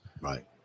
Right